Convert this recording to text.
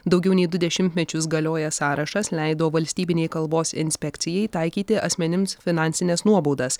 daugiau nei du dešimtmečius galiojęs sąrašas leido valstybinei kalbos inspekcijai taikyti asmenims finansines nuobaudas